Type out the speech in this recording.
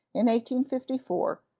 in one fifty four,